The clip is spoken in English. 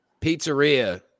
pizzeria